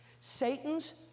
Satan's